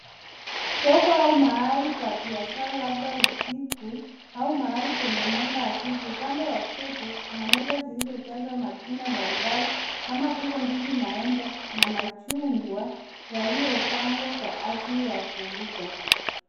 Soko au mahali pa biashara labda usiku, au mahali penye mwanga hafifu. Upande wa kushoto kuna meza zilizojazwa matunda mbalimbali kama vile ndizi, maembe na machungwa yaliyopangwa kwa ajili ya kuuza.